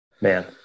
man